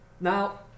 Now